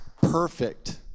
perfect